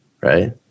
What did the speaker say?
right